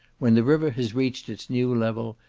when the river has reached its new level,